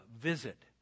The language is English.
visit